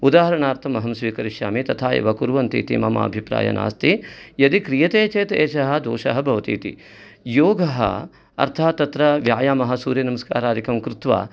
उदादरणार्थम् अहं स्वीकरिष्यामि तथा एव कुर्वन्ति इति मम अभिप्रायः नास्ति यदि क्रियते चेत् एषः दोषः भवति इति योगः अर्थात् तत्र व्यायामः सूर्यनमस्कारादिकं कृत्वा